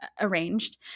arranged